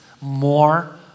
more